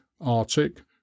Arctic